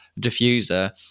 diffuser